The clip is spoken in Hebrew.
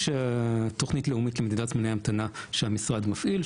יש תוכנית לאומית למדידת זמני המתנה שהמשרד מפעיל.